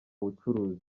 bucuruzi